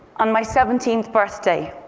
on my seventeenth birthday,